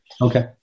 Okay